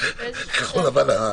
דיונים.